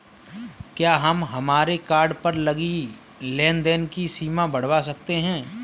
क्या हम हमारे कार्ड पर लगी लेन देन की सीमा बढ़ावा सकते हैं?